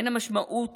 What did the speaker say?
והמשמעות